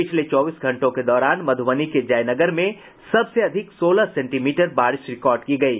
पिछले चौबीस घंटों के दौरान मध्रबनी के जयनगर में सबसे अधिक सोलह सेंटीमीटर बारिश रिकॉर्ड की गयी